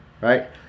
Right